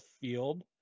field